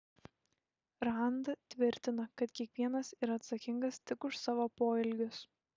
rand tvirtina kad kiekvienas yra atsakingas tik už savo poelgius